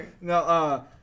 No